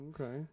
okay